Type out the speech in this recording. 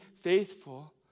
faithful